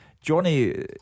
Johnny